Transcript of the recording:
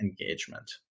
engagement